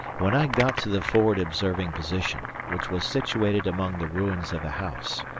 when i got to the forward observing position, which was situated among the ruins of a house,